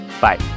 Bye